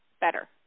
better